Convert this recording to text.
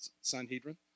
Sanhedrin